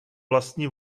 vlastní